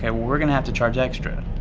and we're going to have to charge extra.